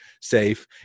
safe